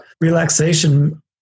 relaxation